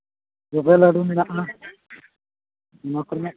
ᱡᱚᱵᱮ ᱞᱟᱹᱰᱩ ᱢᱮᱱᱟᱜᱼᱟ ᱚᱱᱟ ᱠᱚᱨᱮᱱᱟᱜ